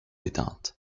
éteinte